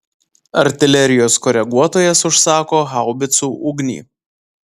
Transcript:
artilerijos koreguotojas užsako haubicų ugnį